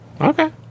Okay